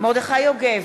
מרדכי יוגב,